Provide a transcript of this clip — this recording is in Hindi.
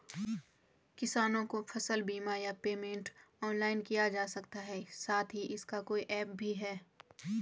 किसानों को फसल बीमा या पेमेंट ऑनलाइन किया जा सकता है साथ ही इसका कोई ऐप भी है?